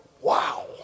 Wow